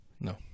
no